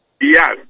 Yes